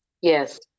Yes